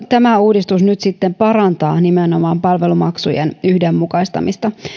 tämä uudistus nyt sitten parantaa nimenomaan palvelumaksujen yhdenmukaistamista